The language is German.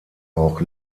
auch